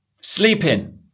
Sleeping